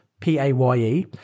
P-A-Y-E